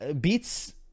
beats